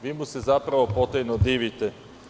Vi mu se, zapravo, potajno divite.